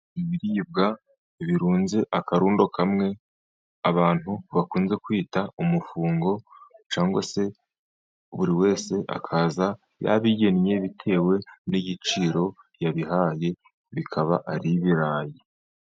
Ibiribwa birunze akarundo kamwe ,abantu bakunze kwita umufunngo ,cyangwa se buri wese akaza yabigennye bitewe n'igiciro yabihaye, bikaba ari ibirayi.